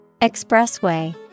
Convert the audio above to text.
Expressway